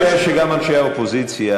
אני משער שגם אנשי האופוזיציה,